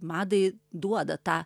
madai duoda tą